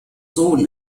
sohn